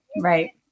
Right